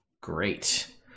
Great